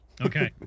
okay